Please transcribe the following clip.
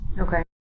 Okay